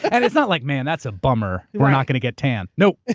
and it's not like, man, that's a bummer, we're not going to get tan. no,